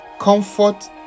comfort